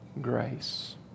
Grace